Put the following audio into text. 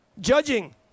Judging